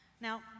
Now